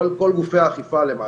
כל גופי האכיפה למעשה,